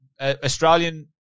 Australian